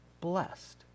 blessed